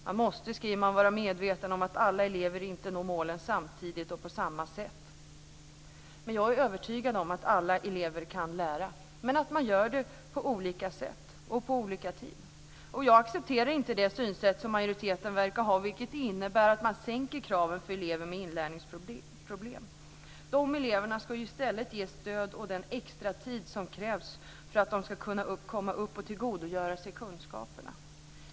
Man skriver att man måste vara medveten om att alla elever inte når målen samtidigt och på samma sätt. Jag är övertygad om att alla elever kan lära men att de gör det på olika sätt och på olika tid. Jag accepterar inte det synsätt som majoriteten verkar ha som innebär att man sänker kraven för elever med inlärningsproblem. De eleverna ska i stället ges stöd och den extratid som krävs för att de ska kunna tillgodogöra sig kunskaperna.